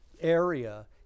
area